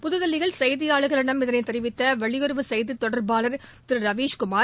புதுதில்லியில் செய்தியாளர்களிடம் இதனைத் தெரிவித்த வெளியுறவு செய்தித் தொடர்பாளர் திரு ரவீஷ்குமார்